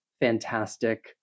fantastic